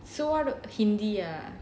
so ah the hindi ah